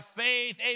faith